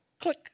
Click